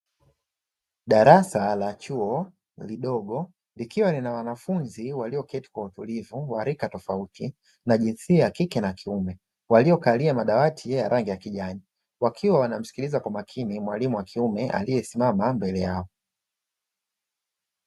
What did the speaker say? Darasa la chuo lidogo, likiwa lina wanafunzi walioketi kwa utulivu wa rika tofauti na jinsia ya kike na kiume, waliokalia madawati ya rangi ya kijani, wakiwa wanamsikiliza kwa makini mwalimu wa kiume aliyesimama mbele yao.